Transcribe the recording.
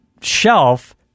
shelf